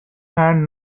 hand